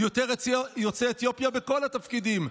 יותר יוצאי אתיופיה בכל התפקידים,